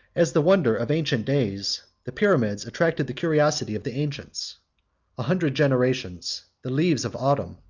as the wonders of ancient days, the pyramids attracted the curiosity of the ancients a hundred generations, the leaves of autumn,